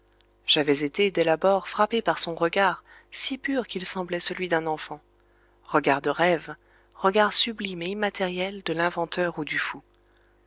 j'avais été dès l'abord frappé par son regard si pur qu'il semblait celui d'un enfant regard de rêve regard sublime et immatériel de l'inventeur ou du fou